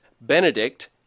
benedict